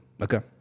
Okay